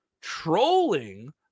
trolling